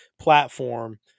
platform